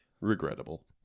regrettable